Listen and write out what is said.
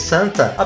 Santa